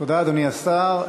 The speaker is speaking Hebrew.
תודה, אדוני השר.